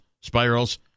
spirals